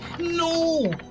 No